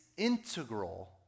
integral